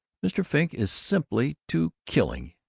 mr. frink is simply too killing!